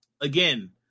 again